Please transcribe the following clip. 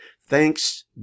Thanks